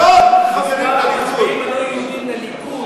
מאות חברים לליכוד.